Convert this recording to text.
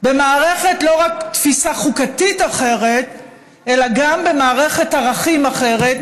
לא רק במערכת של תפיסה חוקתית אחרת אלא גם במערכת ערכים אחרת,